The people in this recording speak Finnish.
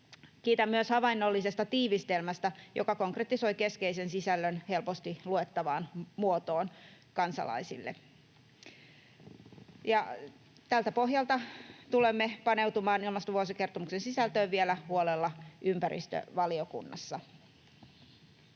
Kiitän myös havainnollisesta tiivistelmästä, joka konkretisoi keskeisen sisällön helposti luettavaan muotoon kansalaisille. Tältä pohjalta tulemme paneutumaan ilmastovuosikertomuksen sisältöön vielä huolella ympäristövaliokunnassa.